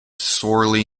sorely